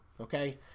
Okay